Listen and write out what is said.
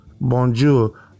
bonjour